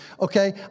Okay